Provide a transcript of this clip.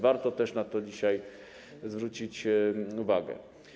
Warto też na to dzisiaj zwrócić uwagę.